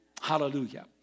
Hallelujah